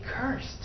cursed